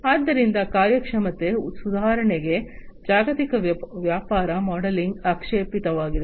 ಆದ್ದರಿಂದ ಕಾರ್ಯಕ್ಷಮತೆ ಸುಧಾರಣೆಗೆ ಜಾಗತಿಕ ವ್ಯಾಪಾರ ಮಾಡೆಲಿಂಗ್ ಅಪೇಕ್ಷಿತವಾಗಿದೆ